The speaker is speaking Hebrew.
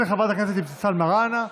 התשפ"ב 2022, של חברת הכנסת אבתיסאם מראענה.